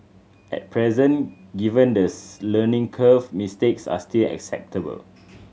at present given the learning curve mistakes are still acceptable